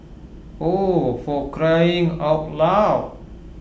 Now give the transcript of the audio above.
oh for crying out loud